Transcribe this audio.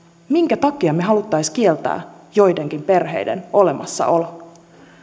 minkä takia me haluaisimme kieltää joidenkin perheiden olemassaolon